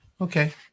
Okay